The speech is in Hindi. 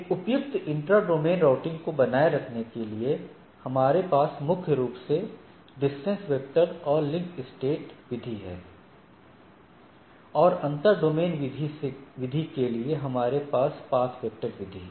एक उपयुक्त इंट्रा डोमेन राउटिंग को बनाए रखने के लिए हमारे पास मुख्य रूप से डिस्टेंस वेक्टर और लिंक स्टेट विधि है और अंतर डोमेन विधि के लिए हमारे पास पाथ वेक्टर विधि है